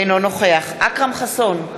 אינו נוכח אכרם חסון,